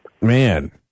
Man